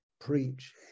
preach